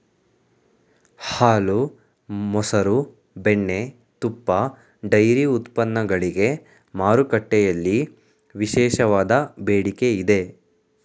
ಹಾಲು, ಮಸರು, ಬೆಣ್ಣೆ, ತುಪ್ಪ, ಡೈರಿ ಉತ್ಪನ್ನಗಳಿಗೆ ಮಾರುಕಟ್ಟೆಯಲ್ಲಿ ವಿಶೇಷವಾದ ಬೇಡಿಕೆ ಇದೆ